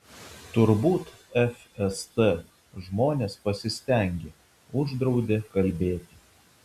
turbūt fst žmonės pasistengė uždraudė kalbėti